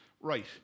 right